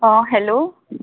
आं हॅलो